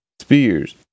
spears